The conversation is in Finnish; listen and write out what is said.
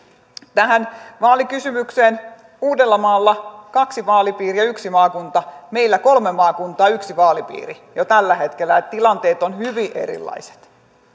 tähän vaalikysymykseen uudellamaalla on kaksi vaalipiiriä yksi maakunta meillä kolme maakuntaa yksi vaalipiiri jo tällä hetkellä eli tilanteet ovat hyvin erilaiset